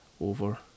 over